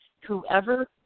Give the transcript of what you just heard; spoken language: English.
whoever